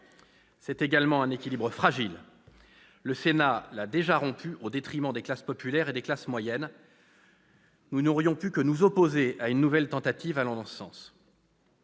C'est également un équilibre fragile. Le Sénat l'a déjà rompu au détriment des classes populaires et des classes moyennes. Nous n'aurions pu que nous opposer à une nouvelle tentative allant dans ce sens.